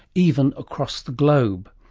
even across the globe.